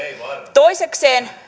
toisekseen